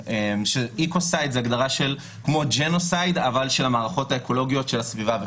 זה כמו ג'נוסייד אבל של המערכות האקולוגיות של הסביבה.